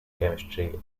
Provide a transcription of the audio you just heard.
chemistry